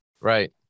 Right